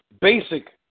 Basic